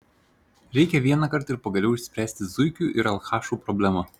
reikia vienąkart ir pagaliau išspręsti zuikių ir alchašų problemą